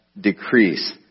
decrease